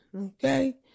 Okay